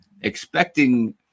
expecting